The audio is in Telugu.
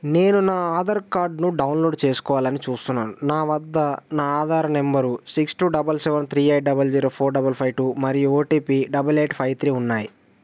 నేను నా ఆధార్ కార్డ్ను డౌన్లోడ్ చేసుకోవాలని చూస్తున్నాను నా వద్ద నా Aadhaar number six two double seven three eight double zero four double five two మరియు OTP double eight five three ఉన్నాయి